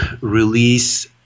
release